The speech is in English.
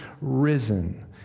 risen